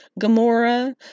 Gamora